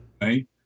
right